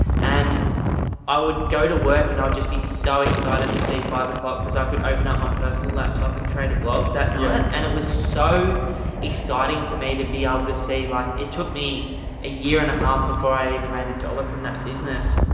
and i would go to work and i'll just be so excited to see five zero because i could open up my personal laptop and creative blog that night and it was so exciting for me to be able to say like it took me a year and a half before i even made a dollar from that business,